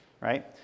right